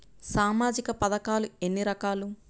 సామాజిక పథకాలు ఎన్ని రకాలు?